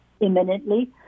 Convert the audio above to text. imminently